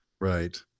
Right